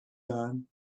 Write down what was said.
nuns